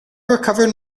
recovered